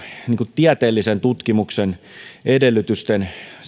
tieteellisen tutkimuksen edellytysten säilyttämiseksi